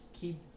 Keep